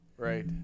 Right